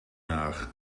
naar